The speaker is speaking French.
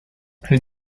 elle